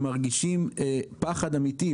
הם מרגישים פחד אמיתי,